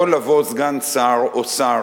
יכול לבוא סגן שר או שר